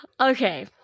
Okay